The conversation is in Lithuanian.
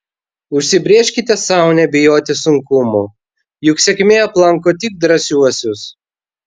užsibrėžkite sau nebijoti sunkumų juk sėkmė aplanko tik drąsiuosius